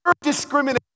discrimination